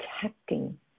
protecting